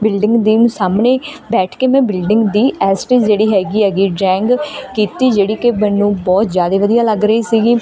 building ਦੇ ਮੈ ਸਾਹਮਣੇ ਬੈਠ ਕੇ ਮੈਂ ਬਿਲਡਿੰਗ ਦੀ ਐਜ ਇਟ ਇਜ ਜਿਹੜੀ ਹੈਗੀ ਹੈਗੀ ਡਰਾਇੰਗ ਕੀਤੀ ਜਿਹੜੀ ਕਿ ਮੈਨੂੰ ਬਹੁਤ ਜ਼ਿਆਦਾ ਵਧੀਆ ਲੱਗ ਰਹੀ ਸੀਗੀ